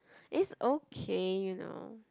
is okay you know